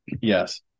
Yes